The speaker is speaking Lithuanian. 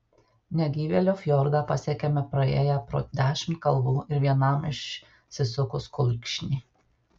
negyvėlio fjordą pasiekėme praėję pro dešimt kalvų ir vienam išsisukus kulkšnį